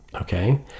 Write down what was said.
okay